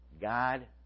God